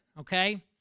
okay